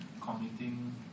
committing